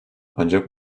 ancak